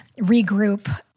regroup